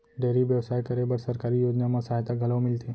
dairy बेवसाय करे बर सरकारी योजना म सहायता घलौ मिलथे